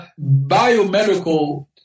biomedical